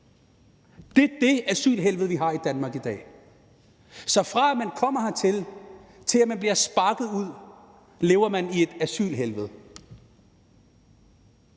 Det er dét asylhelvede, vi har i Danmark i dag. Så fra at man kommer hertil, til at man bliver sparket ud, lever man i et asylhelvede.